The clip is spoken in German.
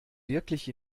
wirklich